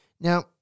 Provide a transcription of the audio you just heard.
Now